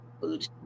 food